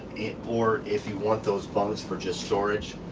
or if you want those bunks for just storage.